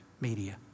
media